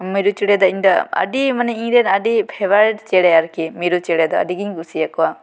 ᱢᱤᱨᱤᱩᱪᱮᱬᱮ ᱫᱚ ᱤᱧᱫᱚ ᱟᱹᱰᱤ ᱢᱟᱱᱮ ᱤᱧ ᱨᱮᱱ ᱟᱹᱰᱤ ᱯᱷᱮᱵᱟᱨᱮᱴ ᱪᱮᱬᱮ ᱟᱨᱠᱤ ᱢᱤᱨᱩ ᱪᱮᱬᱮ ᱫᱚ ᱟ ᱰᱤ ᱜᱮᱧ ᱠᱩᱥᱤ ᱟᱠᱚᱣᱟ